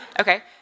Okay